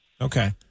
Okay